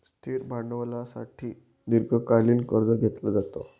स्थिर भांडवलासाठी दीर्घकालीन कर्ज घेतलं जातं